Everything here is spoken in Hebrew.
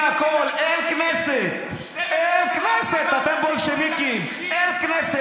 פנית אליי, אני לא פניתי אליך.